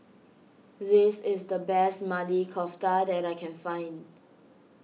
this is the best Maili Kofta that I can find